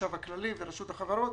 החשב הכללי ורשות החברות,